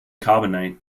carbonate